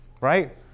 right